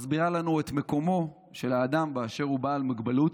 מסבירה לנו את מקומו של האדם אשר הוא בעל מוגבלות,